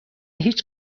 هیچ